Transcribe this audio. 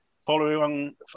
Following